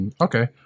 Okay